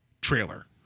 trailer